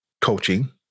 coaching